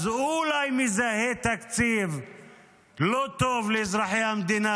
אולי הוא מזהה תקציב לא טוב לאזרחי המדינה?